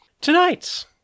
Tonight